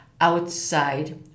outside